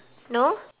no